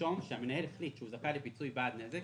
נישום שהמנהל החליט שהוא זכאי לפיצוי בעד נזק